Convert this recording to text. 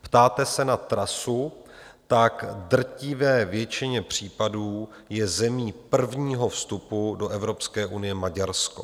Ptáte se na trasu, tak v drtivé většině případů je zemí prvního vstupu do Evropské unie Maďarsko.